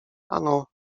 ano